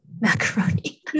Macaroni